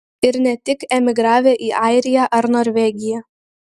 ir ne tik emigravę į airiją ar norvegiją